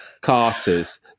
carters